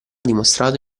dimostrato